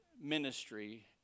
ministry